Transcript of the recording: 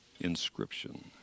inscription